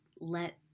let